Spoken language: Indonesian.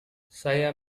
saya